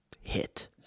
hit